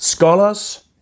Scholars